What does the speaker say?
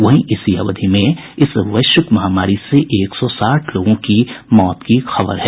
वहीं इसी अवधि में इस वैश्विक महामारी से एक सौ साठ लोगों की मौत की खबर है